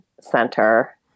center